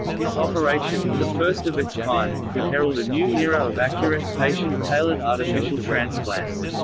this operation, the first of its kind, could herald a new era of accurate, patient-tailored artificial transplants.